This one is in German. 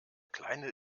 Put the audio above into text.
kleine